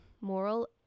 moral